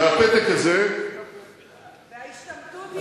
והפתק הזה, וההשתמטות היא אותה השתמטות.